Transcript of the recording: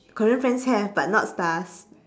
korean friends have but not stars